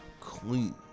clean